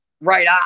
Right